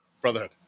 Brotherhood